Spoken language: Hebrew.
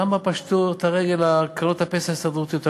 למה פשטו קרנות הפנסיה ההסתדרותיות את הרגל?